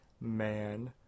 Man